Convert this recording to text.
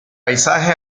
paisaje